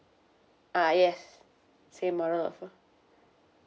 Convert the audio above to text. uh yes same model offer